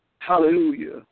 Hallelujah